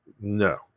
No